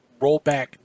rollback